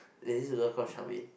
is this girl called Charmaine